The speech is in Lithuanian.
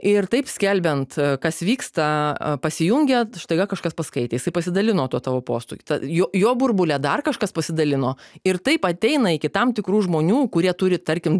ir taip skelbiant kas vyksta pasijungiat staiga kažkas paskaitė jisai pasidalino tuo tavo postu jo jo burbule dar kažkas pasidalino ir taip ateina iki tam tikrų žmonių kurie turi tarkim